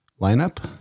lineup